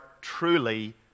truly